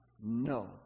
No